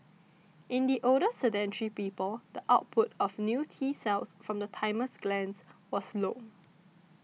in the older sedentary people the output of new T cells from the thymus glands was low